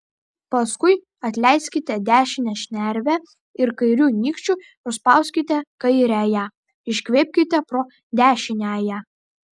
paskui atleiskite dešinę šnervę ir kairiu nykščiu užspauskite kairiąją iškvėpkite pro dešiniąją